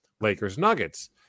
Lakers-Nuggets